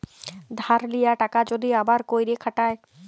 ধার লিয়া টাকা যদি আবার ক্যইরে খাটায়